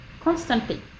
constantly